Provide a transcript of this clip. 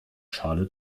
schale